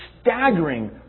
staggering